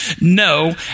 no